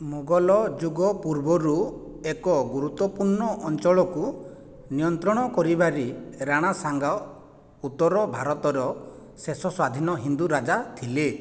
ମୋଗଲ ଯୁଗ ପୂର୍ବରୁ ଏକ ଗୁରୁତ୍ୱପୂର୍ଣ୍ଣ ଅଞ୍ଚଳକୁ ନିୟନ୍ତ୍ରଣ କରିବାରେ ରାଣା ସାଙ୍ଗ ଉତ୍ତର ଭାରତର ଶେଷ ସ୍ୱାଧୀନ ହିନ୍ଦୁ ରାଜା ଥିଲେ